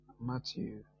Matthew